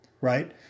right